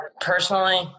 personally